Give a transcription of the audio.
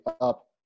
up